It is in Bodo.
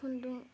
खुन्दुं